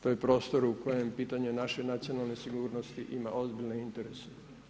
To je prostor u kojem pitanje naše nacionalne sigurnosti ima ozbiljne interese.